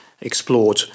explored